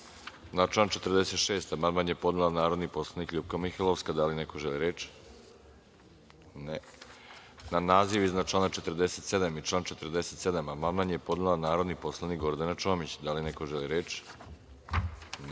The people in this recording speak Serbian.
član 46. amandman je podnela narodni poslanik LJupka Mihajlovska. Da li neko želi reč? (Ne)Na naziv iznad člana 47. i član 47. amandman je podnela narodni poslanik Gordana Čomić. Da li neko želi reč?